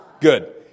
Good